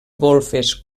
golfes